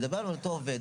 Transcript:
אני מדבר על אותו עובד,